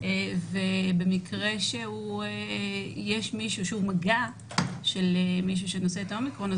ובמקרה שיש איזשהו מגע של מישהו שנושא את ה-אומיקרון,